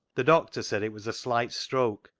the doctor said it was a slight stroke,